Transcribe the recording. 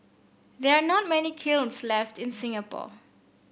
there are not many kilns left in Singapore